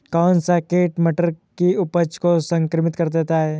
कौन सा कीट मटर की उपज को संक्रमित कर देता है?